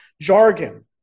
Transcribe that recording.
jargon